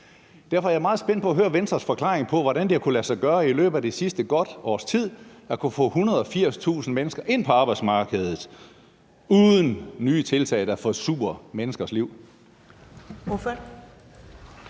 Derfor er jeg meget spændt på at høre Venstres forklaring på, hvordan det har kunnet lade sig gøre i løbet af det sidste godt et års tid at få 180.000 mennesker ind på arbejdsmarkedet uden nye tiltag, der forsurer menneskers liv.